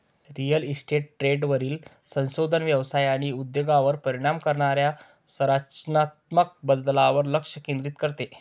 real estate ट्रेंडवरील संशोधन व्यवसाय आणि उद्योगावर परिणाम करणाऱ्या संरचनात्मक बदलांवर लक्ष केंद्रित करते